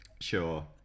sure